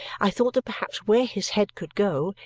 i thought that perhaps where his head could go,